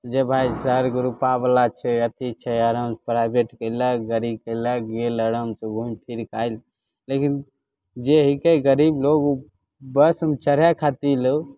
जे भाइ चारि गो रूपा बला छै अथी छै आराम से प्राइभेट कयलक गड़ी कयलक आराम से घूमि फिरके आएल लेकिन जे है कि गरीब लोग ओ बसमे चढ़ै खातिर